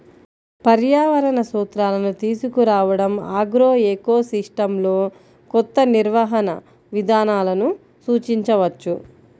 పర్యావరణ సూత్రాలను తీసుకురావడంఆగ్రోఎకోసిస్టమ్లోకొత్త నిర్వహణ విధానాలను సూచించవచ్చు